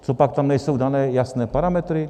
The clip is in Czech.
Copak tam nejsou dány jasné parametry?